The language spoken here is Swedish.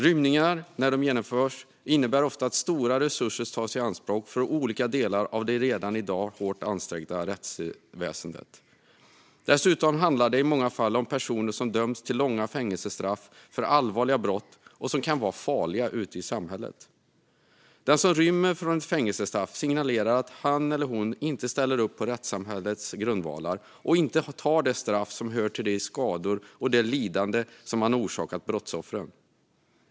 Rymningar innebär ofta att stora resurser tas i anspråk från olika delar av det redan i dag hårt ansträngda rättsväsendet. Dessutom handlar det i många fall om personer som har dömts till långa fängelsestraff för allvarliga brott och som kan vara farliga ute i samhället. Den som rymmer från ett fängelsestraff signalerar att han eller hon inte ställer sig bakom rättssamhällets grundvalar och inte tar straffet för de skador och det lidande som man har orsakat brottsoffren.